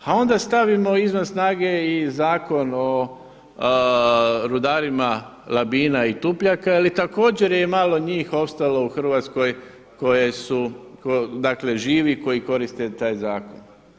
A onda stavimo izvan snage i Zakon o rudarima Labina i Tupljaka jeli također je malo njih ostalo u Hrvatskoj koji su živi koji koriste taj zakon.